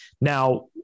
now